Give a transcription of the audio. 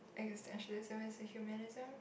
extantialism is a humanism